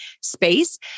space